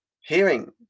Hearing